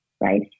right